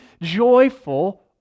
joyful